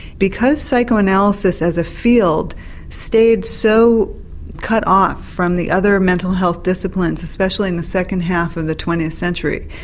because psychoanalysis as a field stayed so cut off from the other mental health disciplines, especially in the second half of the twentieth century,